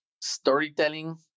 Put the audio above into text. storytelling